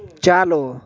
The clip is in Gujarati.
ચાલો